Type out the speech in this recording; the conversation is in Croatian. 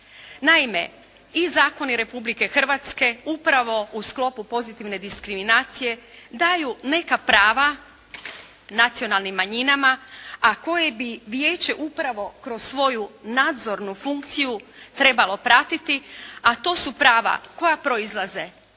Naime, i zakoni Republike Hrvatske upravo u sklopu pozitivne diskriminacije daju neka prava nacionalnim manjinama, a koje bi Vijeće upravo kroz svoju nadzornu funkciju trebalo pratiti, a to su prava koja proizlaze